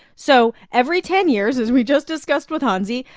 so every ten years, as we just discussed with hansi,